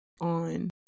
on